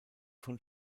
von